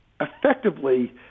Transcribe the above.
effectively